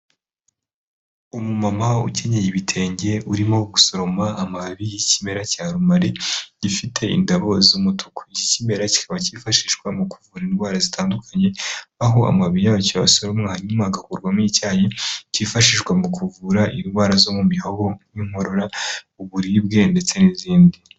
Umumama ukenyeye ibitenge urimo gusoroma amababi y'ikimera cya rumaRi gifite indabo z'umutuku kimera, kikaba cyifashishwa mu kuvura indwara zitandukanye aho amababi yacyo asoromwa hanyuma agakurwamo icyayi cyifashishwa mu kuvura indwara zo mu mihogo, n'inkorora, uburibwe ndetse n'izindi